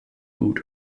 gut